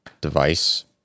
device